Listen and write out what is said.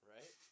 Right